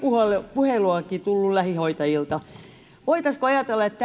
puheluakin tullut lähihoitajilta voitaisiinko ajatella että